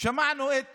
שמענו את